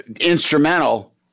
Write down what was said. instrumental